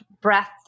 breath